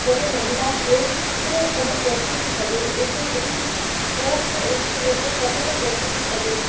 जॾहिं महिला हेतिरो हदि पहुची थी सघे एतिरी वॾी पोस्ट एतिरी वॾे पद ते पहुची थी सघे